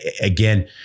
again